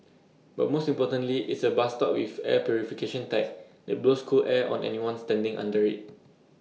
but most importantly it's A bus stop with air purification tech that blows cool air on anyone standing under IT